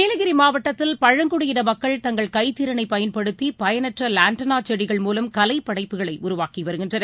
நீலகிரிமாவட்டத்தில் பழங்குடியினமக்கள் தங்கள் கைத்திறனைபயன்படுத்திபயனற்றவாண்டனாசெடிகள் மூலம் கலைப் படைப்புகளைஉருவாக்கிவருகின்றனர்